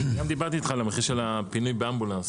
גם דיברתי על המחיר של הפינוי באמבולנס.